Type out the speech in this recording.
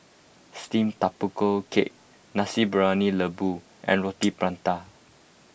Steamed Tapioca Cake Nasi Briyani Lembu and Roti Prata